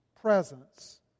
presence